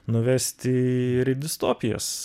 nuvesti ir į distopijas